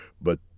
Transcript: But